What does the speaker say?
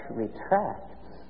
retracts